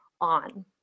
on